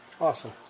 Awesome